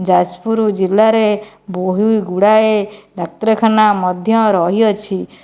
ଯାଜପୁର ଜିଲ୍ଲାରେ ବହୁ ଗୁଡ଼ାଏ ଡ଼ାକ୍ତରଖାନା ମଧ୍ୟ ରହିଅଛି